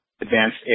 advanced